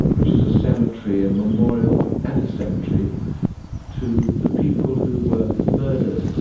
which is a cemetery a memorial and a cemetery to the people who were murdered